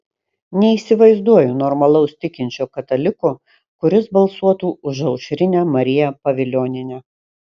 neįsivaizduoju normalaus tikinčio kataliko kuris balsuotų už aušrinę mariją pavilionienę